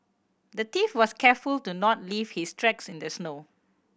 the thief was careful to not leave his tracks in the snow